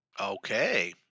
Okay